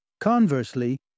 Conversely